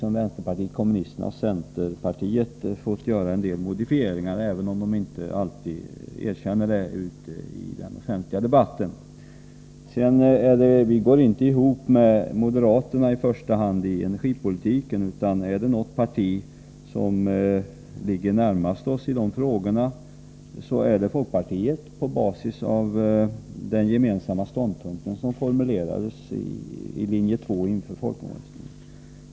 I fråga om detta har också vpk och centern fått göra en del modifieringar, även om de inte alltid erkänner det ute i den offentliga debatten. Vi går inte ihop med i första hand moderaterna när det gäller energipolitiken, utan är det något parti som ligger nära oss i dessa frågor så är det folkpartiet — detta på basis av den gemensamma ståndpunkten som formulerades i linje 2 inför folkomröstningen.